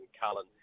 Cullen